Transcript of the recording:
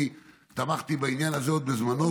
אני תמכתי בעניין הזה עוד בזמנו,